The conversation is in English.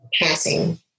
passing